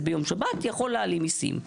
מתשלום במיסים,